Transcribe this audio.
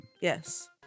Yes